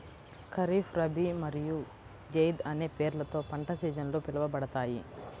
ఖరీఫ్, రబీ మరియు జైద్ అనే పేర్లతో పంట సీజన్లు పిలవబడతాయి